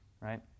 right